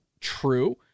True